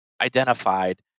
identified